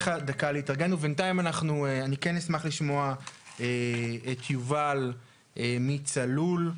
אשמח לשמוע את יובל מ"צלול".